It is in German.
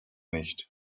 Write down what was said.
nicht